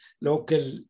local